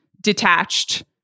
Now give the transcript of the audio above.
detached